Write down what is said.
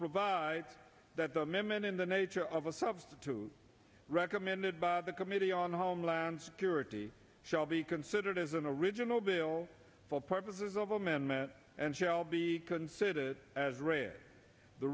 provide that them and in the nature of a substitute recommended by the committee on homeland security shall be considered as an original bill for purposes of amendment and shall be considered as read the